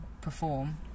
perform